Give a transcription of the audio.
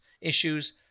issues